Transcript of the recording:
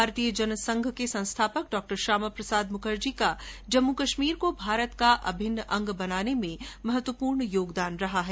भारतीय जनसंघ के संस्थापक डॉक्टर श्यामा प्रसाद मुखर्जी का जम्मू कश्मीर को भारत का अभिन्न अंग बनाने में महत्वपूर्ण योगदान रहा है